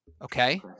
Okay